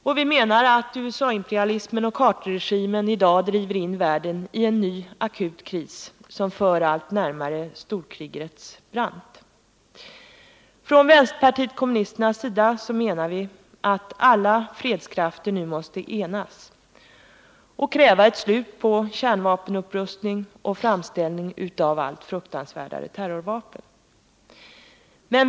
Och vi menar att USA-imperialismen och Carterregimen i dag driver in världen i en ny akut kris som för allt närmare storkrigets brant. Vpk anser att alla fredskrafter nu måste enas och kräva ett slut på kärnvapenupprustning och framställning av allt fruktansvärdare terrorvapen.